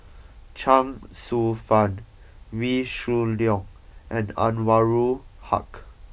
Chuang Hsueh Fang Wee Shoo Leong and Anwarul Haque